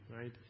right